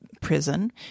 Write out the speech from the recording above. prison